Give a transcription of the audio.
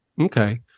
okay